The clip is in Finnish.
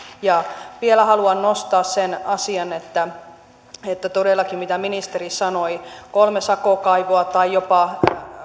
vielä haluan nostaa sen asian että on todellakin niin mitä ministeri sanoi kolme sakokaivoa tai jopa